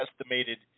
estimated